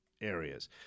areas